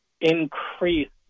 increase